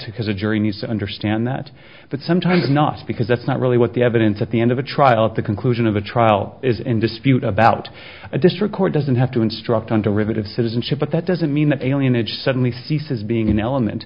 because a jury needs to understand that but sometimes not because that's not really what the evidence at the end of a trial at the conclusion of a trial is in dispute about a district court doesn't have to instruct on derivative citizenship but that doesn't mean that alienates suddenly ceases being an element